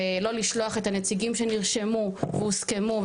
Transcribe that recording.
ולא לשלוח את הנציגים שנרשמו והוסכמו,